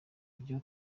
byo